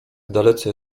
dalece